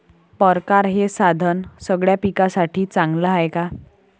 परकारं हे साधन सगळ्या पिकासाठी चांगलं हाये का?